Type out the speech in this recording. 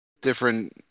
different